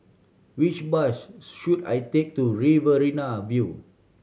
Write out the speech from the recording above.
which bus should I take to Riverina View